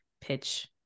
pitch